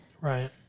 Right